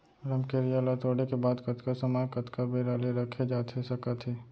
रमकेरिया ला तोड़े के बाद कतका समय कतका बेरा ले रखे जाथे सकत हे?